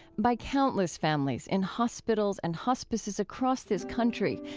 by countless families in hospitals and hospices across this country,